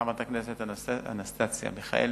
חברת הכנסת אנסטסיה מיכאלי,